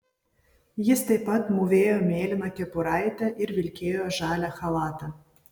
jis taip pat mūvėjo mėlyną kepuraitę ir vilkėjo žalią chalatą